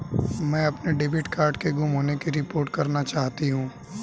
मैं अपने debit card के गुम होने की रिपोर्ट करना चाहती हूँ